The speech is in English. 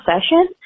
session